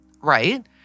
right